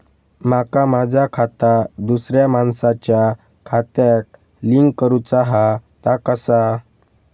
माका माझा खाता दुसऱ्या मानसाच्या खात्याक लिंक करूचा हा ता कसा?